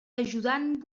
ajudant